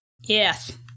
Yes